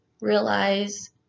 realize